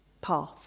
path